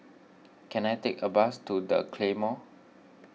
can I take a bus to the Claymore